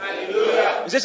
Hallelujah